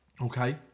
Okay